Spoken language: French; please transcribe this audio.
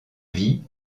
vie